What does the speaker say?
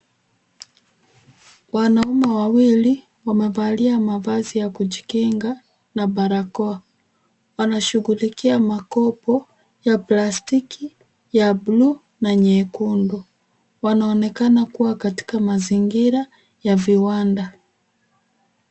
Wanaume wawili wamevalia mavazi ya kujikinga na barakoa wanashughulikia makopo ya plastiki ya buluu na nyekundu. Wanaonekana kuwa katika mazingira ya viwanda.